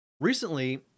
Recently